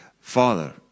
Father